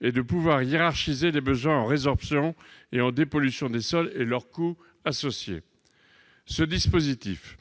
et de hiérarchiser les besoins en résorption et en dépollution des sols et leurs coûts associés. Ce dispositif